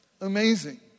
Amazing